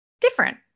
different